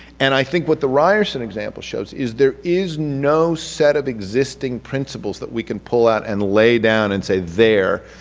and i think what the reyerson example shows is there is no set of existing principles that we can pull out and lay down and say there,